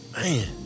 man